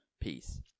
peace